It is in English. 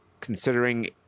considering